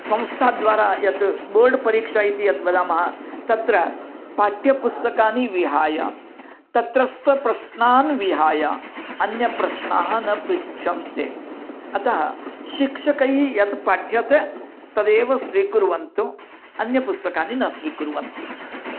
संस्थाद्वारा यत् बोर्ड् परीक्षा इति यद्वदामः तत्र पाठ्यपुस्तकानि विहाय तत्रस्थ प्रश्नान् विहाय अन्यप्रश्नाः न पृच्छन्ते अतः शिक्षकैः यत् पाठ्यते तदेव स्वीकुर्वन्तु अन्यपुस्तकानि न स्वीकुर्वन्तु